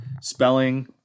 spelling